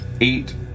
eight